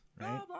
right